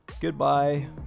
Goodbye